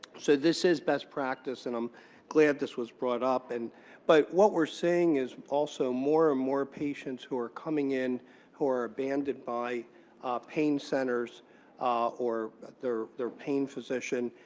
so this is best practice. and i'm glad this was brought up. and but what we're seeing is also more and more patients who are coming in who are abandoned by pain centers or their their pain physician.